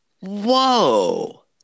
Whoa